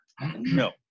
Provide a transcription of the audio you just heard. no